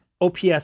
OPS